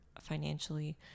financially